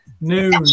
noon